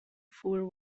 fool